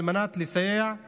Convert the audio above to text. על מנת לסייע להם